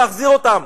להחזיר אותם,